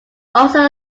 also